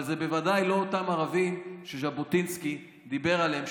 אבל זה בוודאי לא אותם ערבים שז'בוטינסקי דיבר עליהם,